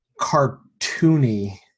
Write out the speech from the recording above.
cartoony